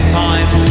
time